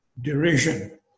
derision